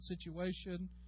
situation